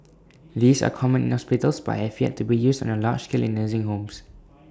these are common in hospitals but have yet to be used on A large scale in nursing homes